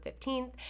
15th